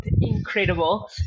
incredible